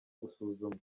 gusuzumwa